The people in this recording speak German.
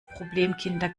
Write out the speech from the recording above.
problemkinder